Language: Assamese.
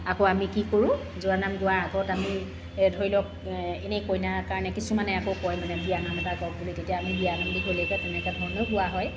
আকৌ আমি কি কৰোঁ জোৰানাম গোৱাৰ আগত আমি ধৰি লওক এনেই কইনাৰ কাৰণে কিছুমানে আকৌ কইনাৰ কাৰণে বিয়া নাম এটা গাওক বুলি তেতিয়া আমি বিয়ানাম দীঘলীয়াকৈ তেনেকৈ ধৰণেও গোৱা হয়